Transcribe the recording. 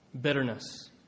bitterness